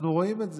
אנחנו רואים את זה.